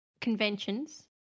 conventions